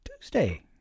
Tuesday